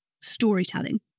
storytelling